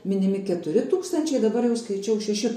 minimi keturi tūkstančiai dabar jau skaičiau šeši